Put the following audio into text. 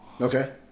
Okay